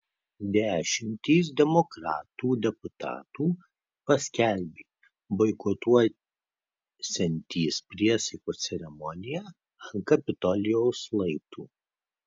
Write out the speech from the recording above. dešimtys demokratų deputatų paskelbė boikotuosiantys priesaikos ceremoniją ant kapitolijaus laiptų